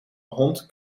hond